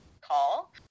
call